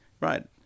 right